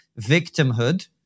victimhood